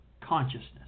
Consciousness